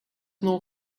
know